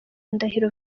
ndahiro